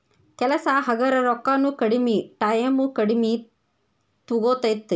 ಕೆಲಸಾ ಹಗರ ರೊಕ್ಕಾನು ಕಡಮಿ ಟಾಯಮು ಕಡಮಿ ತುಗೊತತಿ